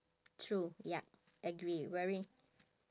true yup agree wearing